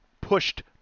pushed